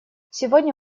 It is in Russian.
сегодня